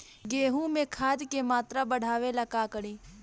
गेहूं में खाद के मात्रा बढ़ावेला का करी?